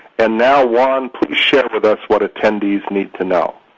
and now, juan, please share with us what attendee need to know.